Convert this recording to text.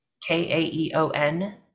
K-A-E-O-N